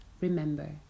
Remember